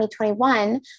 2021